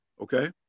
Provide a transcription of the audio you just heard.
Okay